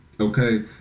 Okay